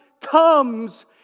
comes